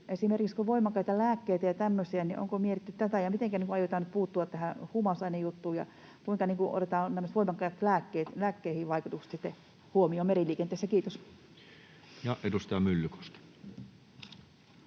esimerkiksi kun on voimakkaita lääkkeitä ja tämmöisiä — onko mietitty sitä, mitenkä aiotaan nyt puuttua tähän huumausainejuttuun ja kuinka otetaan tämmöisten voimakkaiden lääkkeiden vaikutukset huomioon meriliikenteessä? — Kiitos. [Speech 26]